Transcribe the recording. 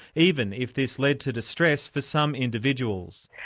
even if this led to distress for some individuals.